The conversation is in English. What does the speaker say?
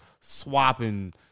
swapping